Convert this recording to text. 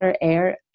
air